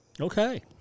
Okay